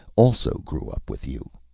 also grew up with you.